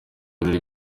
birori